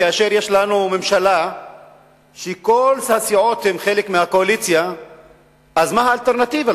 כאשר יש לנו ממשלה שכל הסיעות הן חלק מהקואליציה אז מה האלטרנטיבה?